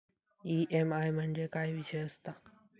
EMI म्हणजे काय विषय आसता?